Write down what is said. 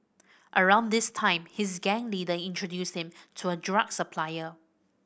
around this time his gang leader introduced him to a drug supplier